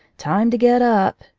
time to get up!